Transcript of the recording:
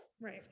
right